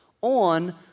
on